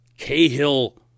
Cahill